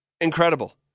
Incredible